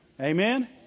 Amen